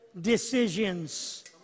decisions